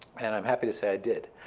and i'm happy to say i did.